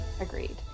Agreed